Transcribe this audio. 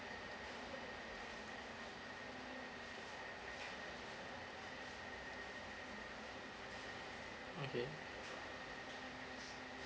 okay